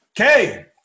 okay